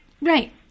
Right